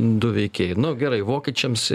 du veikėjai nu gerai vokiečiams